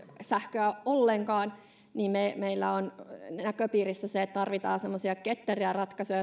sähköä ollenkaan niin meillä on näköpiirissä se että tarvitaan semmoisia ketteriä ratkaisuja